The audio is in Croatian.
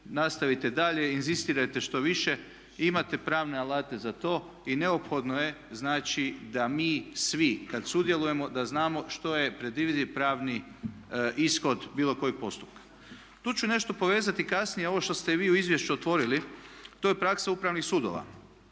nastavite dalje, inzistirajte što više, imate pravne alate za to i neophodno je znači da mi svi kad sudjelujemo da znamo što je predvidljiv pravni ishod bilo kojeg postupka. Tu ću nešto povezati kasnije ovo što ste i vi u izvješću otvorili, to je praksa Upravnih sudova